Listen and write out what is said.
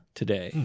today